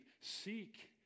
Seek